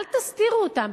אל תסתירו אותן,